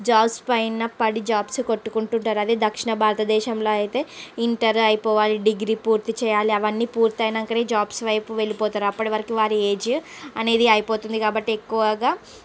jobs పైన బడి jobs కొట్టుకుంటుంటారు అదే దక్షణ భారతదేశంలో అయితే ఇంటర్ అయిపోవాలి డిగ్రీ పూర్తి చేయాలి అవన్నీ పూర్తి అయినాకనే జాబ్ వైపు వెళ్ళిపోతారు అప్పటివరకు వారి ఏజ్ అనేది అయిపోతుంది కాబట్టి ఎక్కువగా